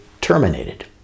terminated